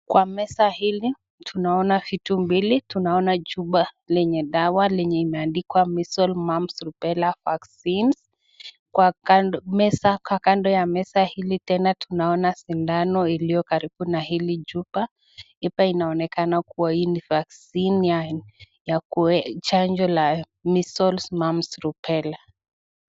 Kwa meza hili tunaona vitu mbili. Tunaona chupa lenye dawa lenye imeandikwa Measles, Mumps, Rubella vaccine . Kwa kando ya meza hili tena tunaona sindano iliyo karibu na hili chupa. Hapa inaonekana kuwa hii ni vaccine ya chanjo la Measles, Mumps, Rubella .